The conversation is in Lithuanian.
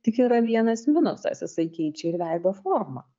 tik yra vienas minusas jisai keičia ir veido formą